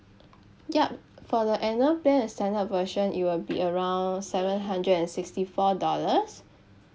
yup for the annual plan the standard version it will be around seven hundred and sixty four dollars